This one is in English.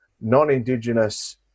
non-Indigenous